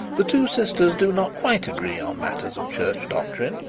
the two sisters do not quite agree on matters of church doctrine,